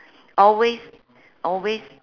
always always